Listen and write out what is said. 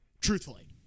Truthfully